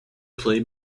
play